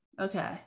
okay